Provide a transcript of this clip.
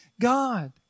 God